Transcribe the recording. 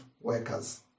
workers